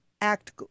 act